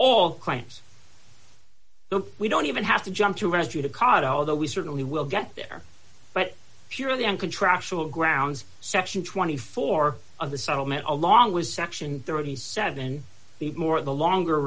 don't we don't even have to jump to rescue to caught although we certainly will get there but purely and contractual grounds for section twenty four of the settlement along with section thirty seven the more the longer